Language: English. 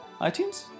iTunes